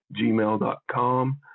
gmail.com